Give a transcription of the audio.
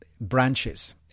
branches